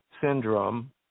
syndrome